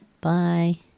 Bye